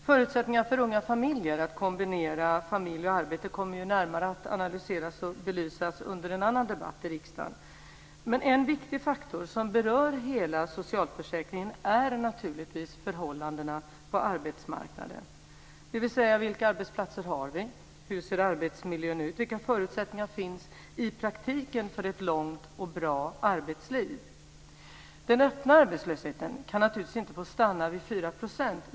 Förutsättningar för unga familjer att kombinera familj och arbete kommer att närmare analyseras och belysas under en annan debatt i riksdagen. Men en viktig faktor som berör hela socialförsäkringen är naturligtvis förhållandena på arbetsmarknaden, dvs. vilka arbetsplatser vi har, hur arbetsmiljön ser ut och vilka förutsättningar det finns i praktiken för ett långt och bra arbetsliv. Den öppna arbetslösheten kan naturligtvis inte få stanna vid 4 %.